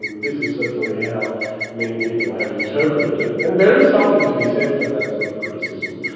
this is certainly how many people have interpreted it, and there is something to be said for that sort of criticism.